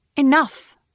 Enough